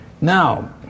now